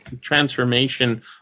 transformation